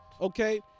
Okay